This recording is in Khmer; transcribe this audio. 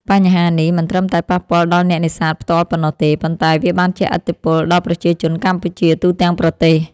បញ្ហានេះមិនត្រឹមតែប៉ះពាល់ដល់អ្នកនេសាទផ្ទាល់ប៉ុណ្ណោះទេ ប៉ុន្តែវាបានជះឥទ្ធិពលដល់ប្រជាជនកម្ពុជាទូទាំងប្រទេស។